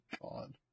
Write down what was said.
God